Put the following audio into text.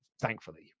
thankfully